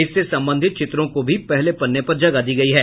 इससे संबंधित चित्रों को भी पहले पन्ने पर जगह दी है